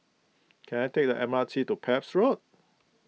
can I take the M R T to Pepys Road